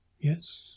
Yes